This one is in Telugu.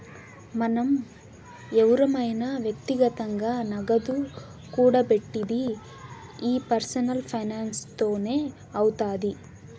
మనం ఎవురమైన వ్యక్తిగతంగా నగదు కూడబెట్టిది ఈ పర్సనల్ ఫైనాన్స్ తోనే అవుతాది